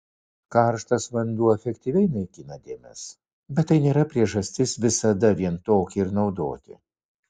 karštas vanduo efektyviai naikina dėmes bet tai nėra priežastis visada vien tokį ir naudoti